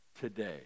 today